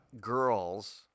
girls